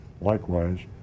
Likewise